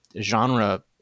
genre